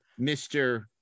Mr